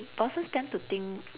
bosses tend to think